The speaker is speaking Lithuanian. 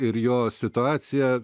ir jo situacija